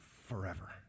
forever